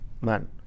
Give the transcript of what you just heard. man